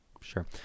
Sure